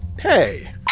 Hey